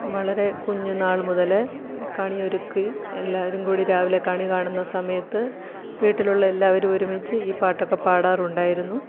വളരെ കുഞ്ഞു നാൾ മുതലേ കണി ഒരുക്കി എല്ലാവരും കൂടി രാവിലെ കണി കാണുന്ന സമയത്ത് വീട്ടിലുള്ള എല്ലാവരും ഒരുമിച്ച് ഈ പാട്ടൊക്കെ പാടാറുണ്ടായിരുന്നു